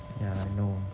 yeah I know